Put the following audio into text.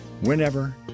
whenever